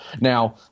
Now